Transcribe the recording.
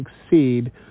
succeed